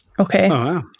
Okay